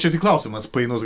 čia tik klausimas painus